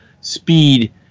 speed